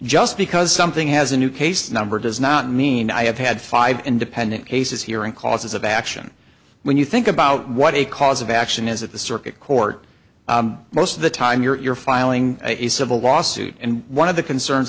just because something has a new case number does not mean i have had five independent cases here and causes of action when you think about what a cause of action is at the circuit court most of the time you're filing a civil lawsuit and one of the concerns